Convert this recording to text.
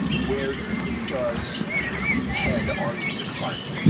where does head argue with heart?